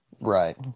Right